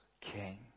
King